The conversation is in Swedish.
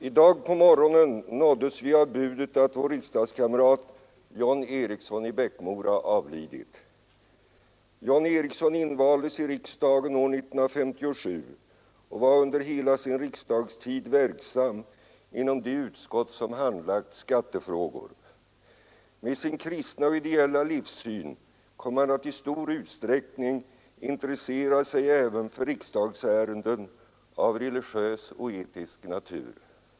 I dag på morgonen nåddes vi av budet att vår riksdagskamrat John Eriksson i Bäckmora avlidit. John Eriksson invaldes i riksdagen år 1957 och var under hela sin riksdagstid verksam inom de utskott som handlagt skattefrågor. Med sin kristna och ideella livssyn kom han att i stor utsträckning intressera sig även för riksdagsärenden av religiös och etisk natur.